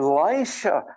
Elisha